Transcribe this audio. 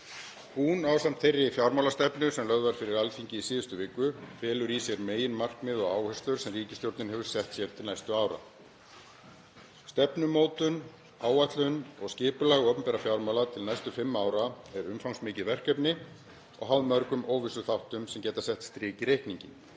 Hún, ásamt þeirri fjármálastefnu sem var lögð fyrir Alþingi í síðustu viku, felur í sér meginmarkið og áherslur sem ríkisstjórnin hefur sett sér til næstu ára. Stefnumótun, áætlun og skipulag opinberra fjármála til næstu fimm ára er umfangsmikið verkefni og háð mörgum óvissuþáttum sem geta sett strik í reikninginn.